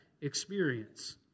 experience